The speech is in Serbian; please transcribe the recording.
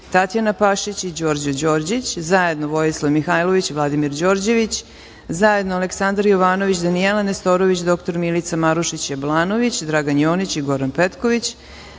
Tatjana Pašić i Đorđo Đorđić, zajedno Vojislav Mihailović i Vladimir Đorđević, zajedno Aleksandar Jovanović, Danijela Nestorović, dr Milica Marušić Jablanović, Dragan Jonić i Goran Petković,